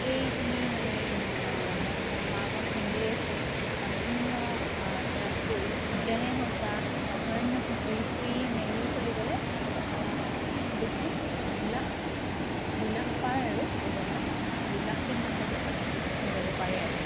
গোটেইখিনি মানে মঠ মন্দিৰেই হওক বা বিভিন্ন ৰাষ্ট্ৰীয় উদ্যানেই হওক বা অভয়াৰণ্য ঘূৰি ফুৰি মেলি চলিবলে খুব বেছি দুই লাখ দুই লাখ পাৰ আৰু এজনৰ দুই লাখ তিন লাখৰ ভিতৰত হৈ যাব পাৰে আৰু